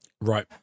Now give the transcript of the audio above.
Right